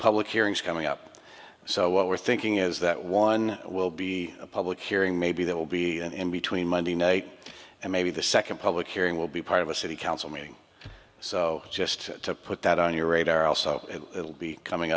public hearings coming up so what we're thinking is that one will be a public hearing maybe there will be and between monday night and maybe the second public hearing will be part of a city council meeting so just to put that on your radar also it will be coming